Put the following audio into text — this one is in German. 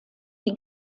die